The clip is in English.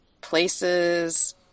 places